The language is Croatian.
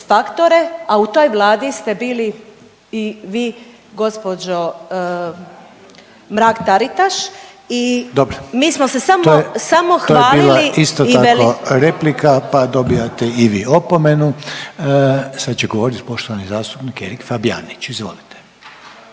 smo se samo hvalili … **Reiner, Željko (HDZ)** Dobro. To je bila isto tako replika pa dobivate i vi opomenu. Sada će govoriti poštovani zastupnik Erik Fabijanić. Izvolite.